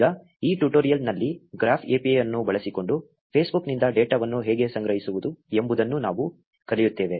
ಈಗ ಈ ಟ್ಯುಟೋರಿಯಲ್ ನಲ್ಲಿ ಗ್ರಾಫ್ API ಅನ್ನು ಬಳಸಿಕೊಂಡು Facebook ನಿಂದ ಡೇಟಾವನ್ನು ಹೇಗೆ ಸಂಗ್ರಹಿಸುವುದು ಎಂಬುದನ್ನು ನಾವು ಕಲಿಯುತ್ತೇವೆ